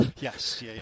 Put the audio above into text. Yes